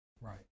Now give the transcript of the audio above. Right